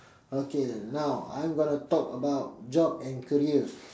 okay now I'm going to talk about job and career